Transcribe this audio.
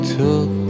took